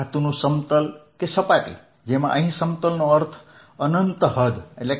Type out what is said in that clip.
ધાતુનું સમતલ કે સપાટી જેમાં અહીં સમતલનો અર્થ અનંત હદ છે